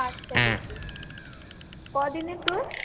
পাঁচ তারিখে কদিনের টুর